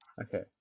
Okay